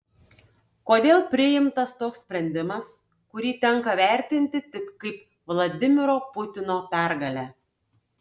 kodėl priimtas toks sprendimas kurį tenka vertinti tik kaip vladimiro putino pergalę